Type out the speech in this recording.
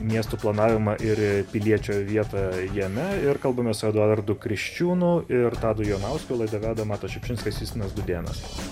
miestų planavimą ir piliečio vietą jame ir kalbamės su eduardu kriščiūnu ir tadu jonauskiu laidą veda matas šiupšinskas justinas dūdėnas